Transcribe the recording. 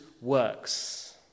works